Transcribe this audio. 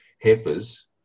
heifers